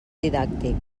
didàctic